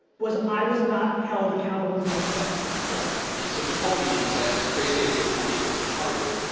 was i was not held accountable to myself. right, and so he called me and he's like, i have this crazy idea. tell me if it's retarded.